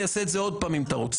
אני אעשה את זה עוד פעם אם אתה רוצה,